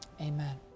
Amen